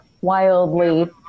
wildly